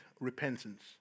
repentance